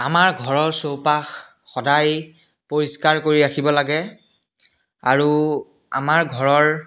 আমাৰ ঘৰৰ চৌপাশ সদায় পৰিষ্কাৰ কৰি ৰাখিব লাগে আৰু আমাৰ ঘৰৰ